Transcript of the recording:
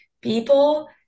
people